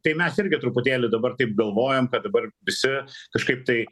tai mes irgi truputėlį dabar taip galvojam kad dabar visi kažkaip tai